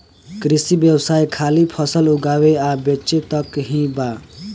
कृषि व्यवसाय खाली फसल उगावे आ बेचे तक ही बा